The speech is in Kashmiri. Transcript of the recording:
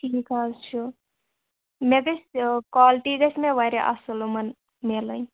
یہِ کر چھُ مےٚ گژھِ کولٹی گژھِ مےٚ واریاہ اَصٕل مطلب یِمَن میلٕنۍ